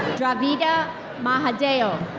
dravida mahadeo.